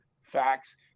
facts